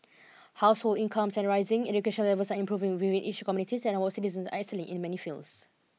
household incomes and rising education levels are improving within each communities and our citizens are excelling in many fields